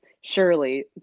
surely